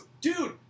dude